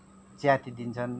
च्यातिदिन्छन्